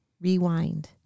rewind